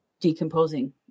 decomposing